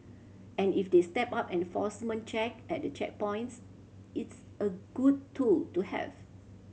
and if they step up enforcement check at the checkpoints it's a good tool to have